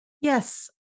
Yes